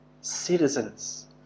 citizens